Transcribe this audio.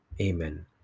Amen